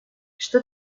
что